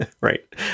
right